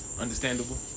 understandable